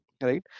right